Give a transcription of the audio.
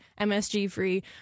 MSG-free